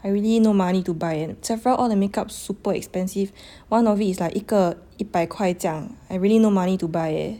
I really no money to buy eh Sephora all the makeup super expensive one of it is like 一个一百块 I really no money to buy eh